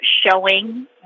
showing